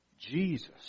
Jesus